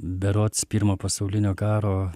berods pirmo pasaulinio karo